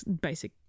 basic